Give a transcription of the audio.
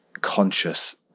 conscious